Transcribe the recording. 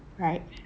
right